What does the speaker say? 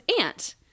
aunt